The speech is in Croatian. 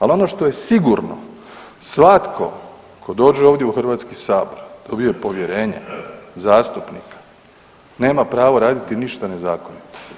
Ali ono što je sigurno svatko tko dođe ovdje u Hrvatski sabor dobio je povjerenje zastupnika, nema pravo raditi ništa nezakonito.